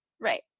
right